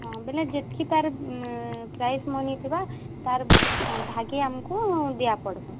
ହଁ ବେଲେ ଯେତ୍କି ତା'ର୍ ପ୍ରାଇସ୍ ମନି ଥିବା ତାର୍ ଭାଗେ ଆମ୍କୁ ଦିଆ ପଡ଼୍ବା